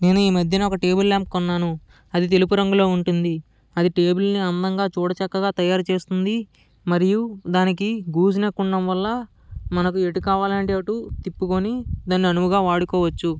నేను ఈ మధ్యన ఒక టేబుల్ లాంప్ కొన్నాను అది తెలుపు రంగులో ఉంటుంది అది టేబుల్ని అందంగా చూడ చక్కగా తయారు చేస్తుంది మరియు దానికి గూస్ నెక్ ఉండడం వలన మనకు ఎటు కావాలి అంటే అటు తిప్పుకొని దానిని అనువుగా వాడుకోవచ్చు